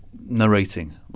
narrating